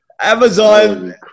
Amazon